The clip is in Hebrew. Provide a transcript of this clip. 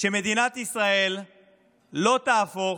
שמדינת ישראל לא תהפוך